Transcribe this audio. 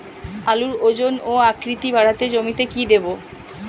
আলুর ওজন ও আকৃতি বাড়াতে জমিতে কি দেবো?